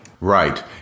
Right